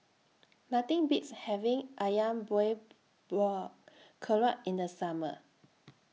Nothing Beats having Ayam boy Buah Keluak in The Summer